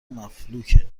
مفلوکه